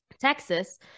Texas